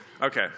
Okay